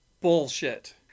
bullshit